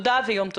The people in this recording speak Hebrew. תודה ויום טוב.